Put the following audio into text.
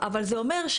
אבל זה אומר,